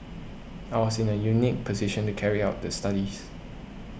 I was in a unique position to carry out the studies